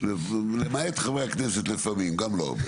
למעט חברי הכנסת לפעמים גם לא.